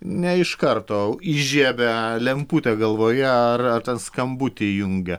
ne iš karto įžiebia lemputę galvoje ar ten skambutį įjungia